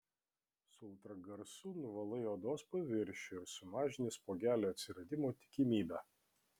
su ultragarsu nuvalai odos paviršių ir sumažini spuogelių atsiradimo tikimybę